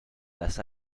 las